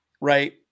right